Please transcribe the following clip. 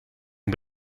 een